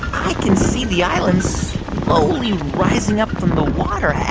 i can see the island slowly rising up from the water. and